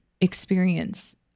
experience